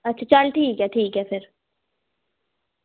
अच्छा चल ठीक ऐ ठीक ऐ फिर